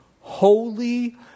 holy